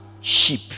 sheep